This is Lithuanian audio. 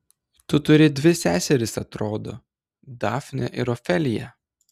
tu turi dvi seseris atrodo dafnę ir ofeliją